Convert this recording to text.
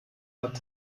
hat